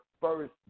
first